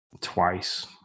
twice